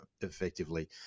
effectively